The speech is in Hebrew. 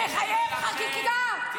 אתם זועקים חמס, ולא עושים כלום.